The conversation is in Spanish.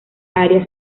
aria